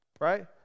right